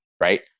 right